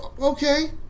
Okay